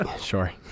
Sure